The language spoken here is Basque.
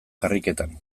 karriketan